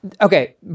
okay